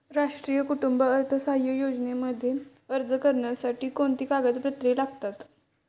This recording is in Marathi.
राष्ट्रीय कुटुंब अर्थसहाय्य योजनेमध्ये अर्ज करण्यासाठी कोणती कागदपत्रे लागतात?